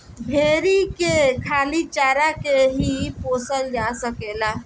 भेरी के खाली चारा के ही पोसल जा सकेला